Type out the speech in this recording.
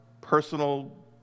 personal